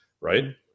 right